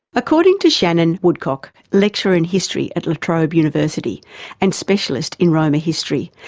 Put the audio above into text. according to shannon woodcock, lecturer in history at latrobe university and specialist in romani history,